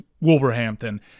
Wolverhampton